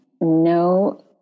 no